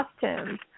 costumes